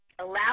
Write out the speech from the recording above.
allow